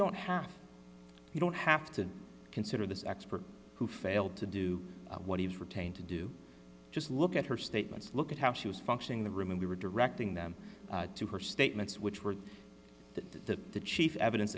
don't have you don't have to consider this expert who failed to do what he was retained to do just look at her statements look at how she was functioning the room and we were directing them to her statements which were that the chief evidence